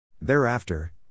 Thereafter